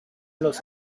los